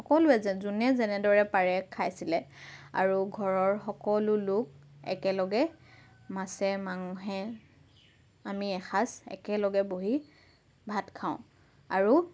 সকলোৱে যোনে যেনেদৰে পাৰে খাইছিলে আৰু ঘৰৰ সকলো লোক একেলগে মাছে মঙহে আমি এসাঁজ একেলগে বহি ভাত খাওঁ আৰু